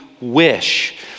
wish